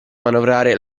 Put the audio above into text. manovrare